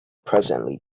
presently